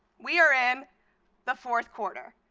we are in the fourth quarter.